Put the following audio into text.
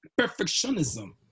perfectionism